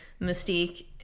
Mystique